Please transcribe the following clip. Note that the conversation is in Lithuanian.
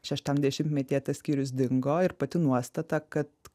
šeštam dešimtmetyje tas skyrius dingo ir pati nuostata kad